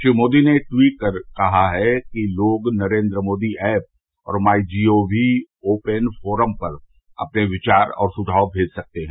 श्री मोदी ने ट्वीट कर कहा है कि लोग नरेन्द्र मोदी ऐप और my G O V open forum पर अपने विचार और सुझाव भेज सकते हैं